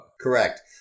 Correct